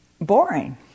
boring